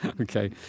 Okay